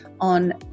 on